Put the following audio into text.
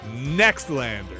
NEXTLANDER